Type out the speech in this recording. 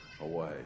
away